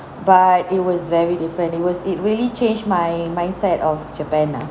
but it was very different it was it really changed my mindset of japan ah